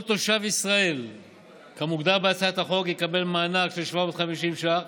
כל תושב ישראל כמוגדר בהצעת החוק יקבל מענק של 750 ש"ח